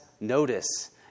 notice